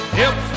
help